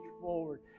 forward